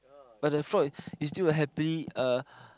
but the frog is still a happily uh